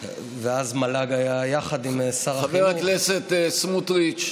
לרבות בחברה הערבית,